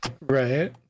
Right